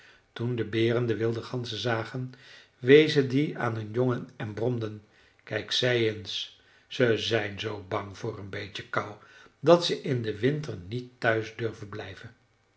toen de beren de wilde ganzen zagen wezen ze die aan hun jongen en bromden kijk zij eens ze zijn zoo bang voor een beetje kou dat ze in den winter niet thuis durven blijven